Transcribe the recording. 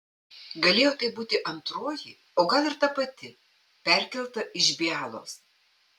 galėjo tai būti antroji o gal ir ta pati perkelta iš bialos